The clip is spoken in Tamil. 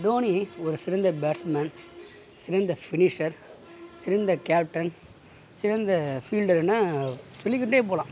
தோனி ஒரு சிறந்த பேட்ஸ்மேன் சிறந்த ஃபினிஷர் சிறந்த கேப்டன் சிறந்த ஃபீல்டர் என சொல்லிக்கொண்டே போகலாம்